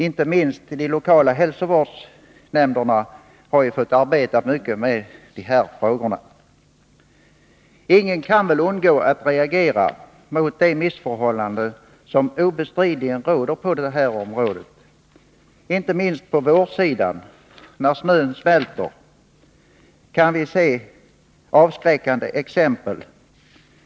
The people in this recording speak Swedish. Inte minst de lokala hälsovårdsnämnderna har fått arbeta mycket med dessa frågor. Ingen kan väl undgå att reagera mot de missförhållanden som obestridligen råder på detta område. Inte minst på vårsidan, när snön smälter, kan vi se avskräckande exempel.